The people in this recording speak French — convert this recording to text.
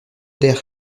der